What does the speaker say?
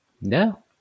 No